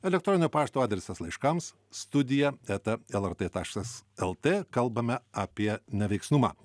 elektroninio pašto adresas laiškams studija eta lrt taškas lt kalbame apie neveiksnumą